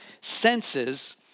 senses